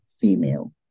female